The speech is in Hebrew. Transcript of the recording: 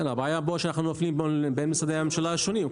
הבעיה פה היא שאנחנו נופלים בין משרדי הממשלה השונים.